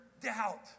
doubt